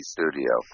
Studio